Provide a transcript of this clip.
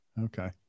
okay